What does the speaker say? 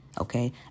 Okay